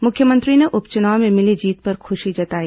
मुख्यमंत्री ने उपचुनाव में मिली जीत पर खुशी जताई